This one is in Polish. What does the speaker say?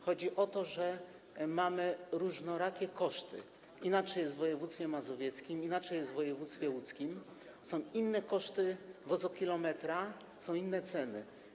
Chodzi o to, że mamy różnorakie koszty, inaczej jest w województwie mazowieckim, inaczej jest w województwie łódzkim, są inne koszty wozokilometra, są inne ceny.